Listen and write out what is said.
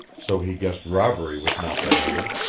so he guessed robbery was not the motive.